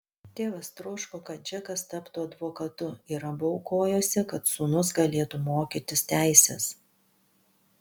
tėvas troško kad džekas taptų advokatu ir abu aukojosi kad sūnus galėtų mokytis teisės